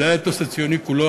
זה האתוס הציוני כולו,